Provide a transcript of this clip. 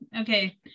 okay